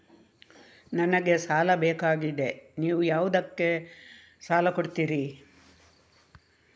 ನನಗೆ ಸಾಲ ಬೇಕಾಗಿದೆ, ನೀವು ಯಾವುದಕ್ಕೆ ಸಾಲ ಕೊಡ್ತೀರಿ?